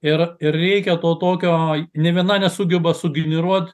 ir ir reikia to tokio nė viena nesugeba sugeneruot